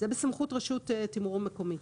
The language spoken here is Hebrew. זה בסמכות רשות תמרור מקומית.